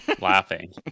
laughing